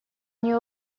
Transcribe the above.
нее